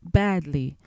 badly